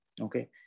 Okay